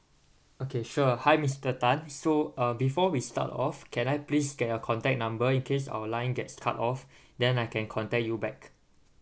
okay sure hi mister tan so uh before we start off can I please get your contact number in case our line gets cut off then I can contact you back